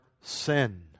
sin